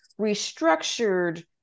restructured